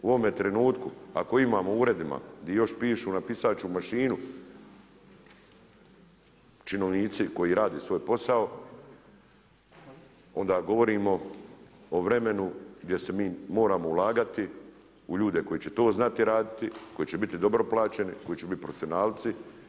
U ovome trenutku ako imamo u uredima gdje još pišu na pisaču mašinu činovnici koji rade svoj posao onda govorimo o vremenu gdje mi moramo ulagati, u ljude koji će to znati raditi, koji će biti dobro plaćeni, koji će biti profesionalci.